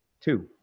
Two